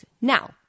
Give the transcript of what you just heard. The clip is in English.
Now